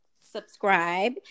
subscribe